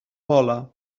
pola